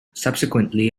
subsequently